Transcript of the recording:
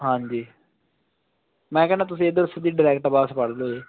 ਹਾਂਜੀ ਮੈਂ ਕਹਿੰਦਾ ਤੁਸੀਂ ਇੱਧਰ ਸਿੱਧੀ ਡਾਇਰੈਕਟ ਬਸ ਫੜ ਲਿਓ ਜੀ